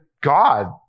God